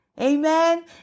Amen